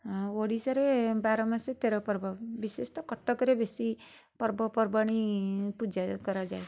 ଓଡ଼ିଶାରେ ବାର ମାସରେ ତେର ପର୍ବ ବିଶେଷତଃ କଟକରେ ବେଶୀ ପର୍ବପର୍ବାଣି ପୂଜା କରାଯାଏ